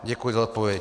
Děkuji za odpověď.